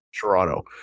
Toronto